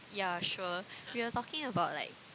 ya sure we were talking about like